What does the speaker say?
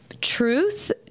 truth